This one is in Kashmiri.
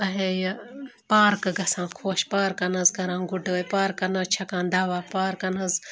اچھا یہِ پارکہٕ گژھان خۄش پارکَن حظ کَران گُڈٲے پرکَن حظ چھَکان دَوا پارکَن حظ